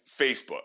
Facebook